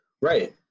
right